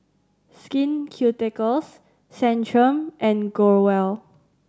Skin Ceuticals Centrum and Growell